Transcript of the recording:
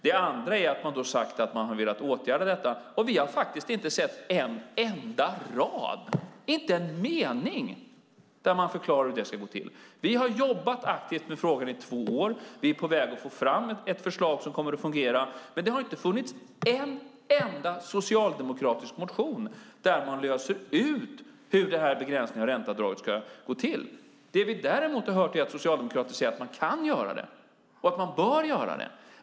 Det andra är att ni har sagt att ni har velat åtgärda detta, men vi har inte sett en enda rad, inte en mening, där ni förklarar hur det ska gå till. Vi har jobbat aktivt med frågan i två år. Vi är på väg att få fram ett förslag som kommer att fungera, men det har inte funnits en enda socialdemokratisk motion där man löser ut hur den här begränsningen av ränteavdraget ska gå till. Det vi däremot har hört är att socialdemokrater säger att man kan göra det och att man bör göra det.